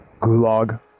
gulag